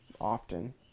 often